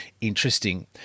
interesting